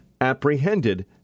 apprehended